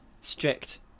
Strict